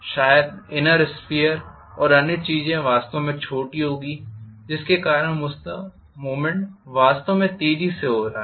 शायद inner sphere और अन्य चीजें वास्तव में छोटी होंगी जिसके कारण मूवमेंट वास्तव में तेजी से हो रहा है